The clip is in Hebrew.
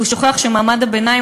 והוא שוכח שמעמד הביניים,